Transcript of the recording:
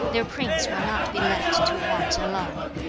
their prince will not be left to want alone.